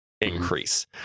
increase